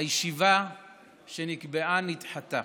הישיבה שנקבעה נדחתה.